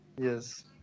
Yes